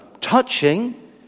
touching